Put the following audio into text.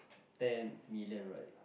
ten million right